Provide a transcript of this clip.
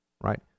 right